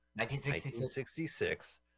1966